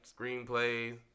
screenplays